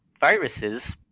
viruses